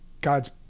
God's